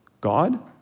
God